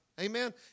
Amen